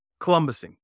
Columbusing